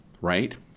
right